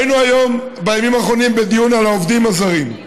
היינו בימים האחרונים בדיון על העובדים הזרים.